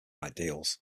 ideals